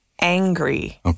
angry